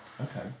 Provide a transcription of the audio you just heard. Okay